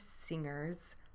Singers